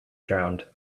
drowned